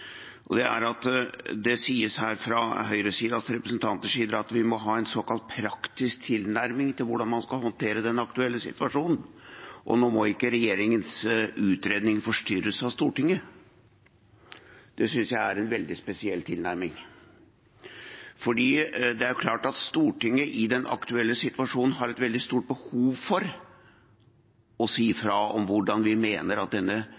og det er at det sies her fra høyresidens representanter at vi må ha en såkalt praktisk tilnærming til hvordan man skal håndtere den aktuelle situasjonen, og at nå må ikke regjeringens utredning forstyrres av Stortinget. Det synes jeg er en veldig spesiell tilnærming, for det er jo klart at Stortinget i den aktuelle situasjonen har et veldig stort behov for å si ifra om hvordan vi mener at denne